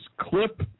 clip